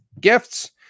gifts